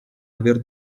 aver